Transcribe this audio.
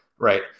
right